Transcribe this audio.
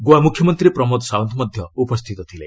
ଗୋଆ ମୁଖ୍ୟମନ୍ତ୍ରୀ ପ୍ରମୋଦ ସାଓ୍ୱନ୍ତ ମଧ୍ୟ ଉପସ୍ଥିତ ଥିଲେ